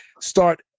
start